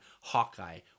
Hawkeye